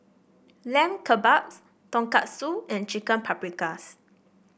Lamb Kebabs Tonkatsu and Chicken Paprikas